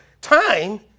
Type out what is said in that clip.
time